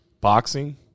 boxing